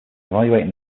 evaluating